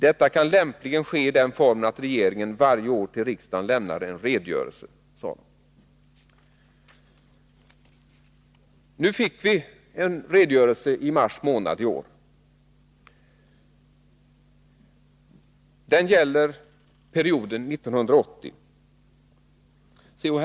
Detta kan lämpligen ske i den formen att regeringen varje år till riksdagen lämnar en redogörelse, sade man. Nu fick vi en redogörelse i mars i år. Den gäller år 1980. C.-H.